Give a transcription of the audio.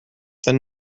than